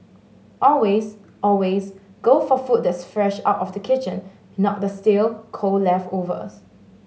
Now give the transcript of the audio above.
always always go for food that's fresh out of the kitchen not the stale cold leftovers